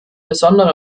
besondere